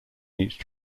each